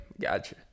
Gotcha